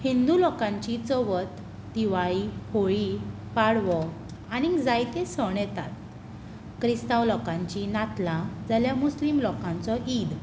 हिंदू लोकांची चवथ दिवाळी होळी पाडवो आनी जायते सण येतात क्रिस्तांव लोकांचीं नातलां जाल्यार मुसलीम लोकांचो ईद